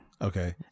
okay